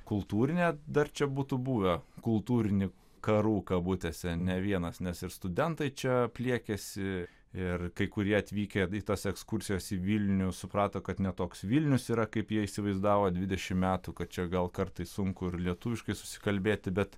kultūrinė dar čia būtų buvę kultūrinių karų kabutėse ne vienas nes ir studentai čia pliekėsi ir kai kurie atvykę į tas ekskursijas į vilnių suprato kad ne toks vilnius yra kaip jie įsivaizdavo dvidešimt metų kad čia gal kartais sunku ir lietuviškai susikalbėti bet